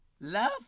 love